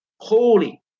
holy